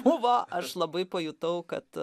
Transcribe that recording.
buvo aš labai pajutau kad